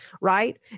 right